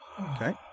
Okay